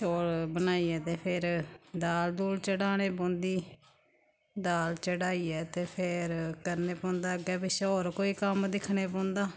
चौल बनाइयै ते फिर दाल दूल चढ़ाने पौंदी दाल चढ़ाइयै ते फिर करना पौंदा अग्गें पिच्छें होर कोई कम्म दिक्खने पौंदा